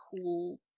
cool